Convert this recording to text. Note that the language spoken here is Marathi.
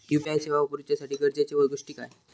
यू.पी.आय सेवा वापराच्यासाठी गरजेचे गोष्टी काय?